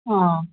ꯑꯥ